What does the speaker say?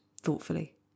thoughtfully